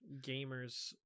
gamers